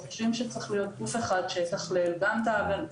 וחושבים שצריך להיות גוף אחד שיתכלל ויבצע,